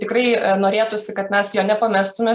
tikrai norėtųsi kad mes jo nepamestume